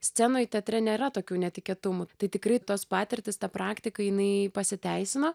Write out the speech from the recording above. scenoj teatre nėra tokių netikėtumų tai tikrai tos patirtys ta praktika jinai pasiteisino